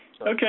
Okay